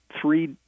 three